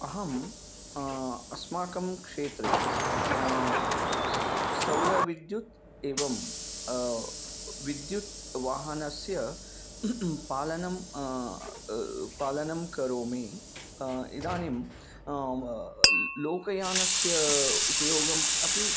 अहम् अस्माकं क्षेत्रे सौरविद्युत् एवं विद्युत् वाहनस्य पालनं पालनं करोमि इदानीं लोकयानस्य उपयोगः अपि